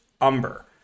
Umber